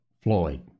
Floyd